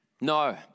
No